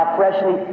freshly